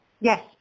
Yes